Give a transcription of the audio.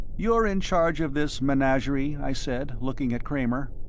you're in charge of this menagerie? i said, looking at kramer.